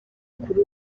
kuri